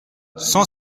cent